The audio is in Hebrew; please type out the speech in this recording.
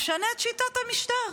נשנה את שיטת המשטר.